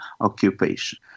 occupation